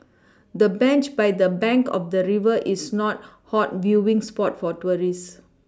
the bench by the bank of the river is not hot viewing spot for tourists